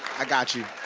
i got you.